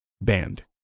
band